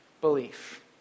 belief